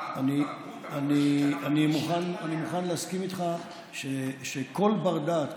אני מוכן להסכים איתך שכל בר-דעת,